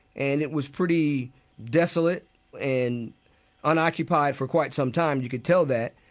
and it was pretty desolate and unoccupied for quite some time, you could tell that.